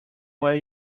where